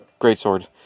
Greatsword